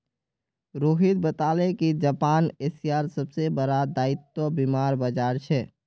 रोहित बताले कि जापान एशियार सबसे बड़ा दायित्व बीमार बाजार छे